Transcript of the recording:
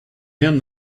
him